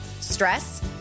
stress